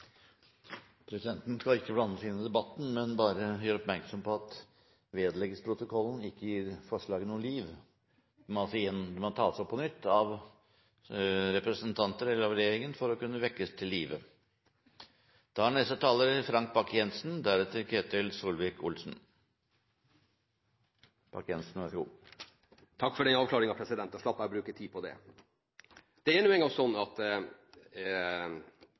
Presidenten skal ikke blande seg inn i debatten, men bare gjøre oppmerksom på at «vedlegges protokollen» ikke betyr å gi forslaget noe liv. Det må tas opp på nytt av representanter eller av regjeringen for å kunne vekkes til live. Takk for den avklaringen, da slapp jeg å bruke tid på det! Det er nå engang slik at vi beskyldes for å være imot leveringsforpliktelsene. Det er faktisk ikke slik. Men vi har tenkt som så at